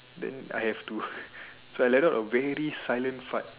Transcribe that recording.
then I have to so I let out a very silent fart